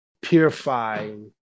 purifying